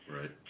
Right